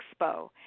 Expo